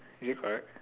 is it correct